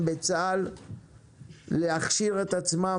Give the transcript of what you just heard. אני יודע שגם ראש אכ"א יניב עשור,